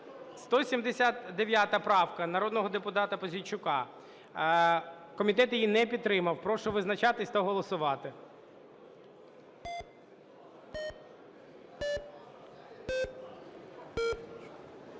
179 правка народного депутата Пузійчука. Комітет її не підтримав. Прошу визначатись та голосувати.